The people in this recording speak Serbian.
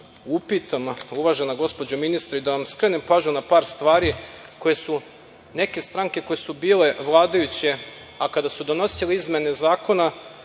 upitam, uvažena gospođo ministre i da vam skrenem pažnju na par stvari koje su neke stranke koje su bile vladajuće, a kada su donosile izmene zakona,